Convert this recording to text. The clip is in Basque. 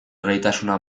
gaitasuna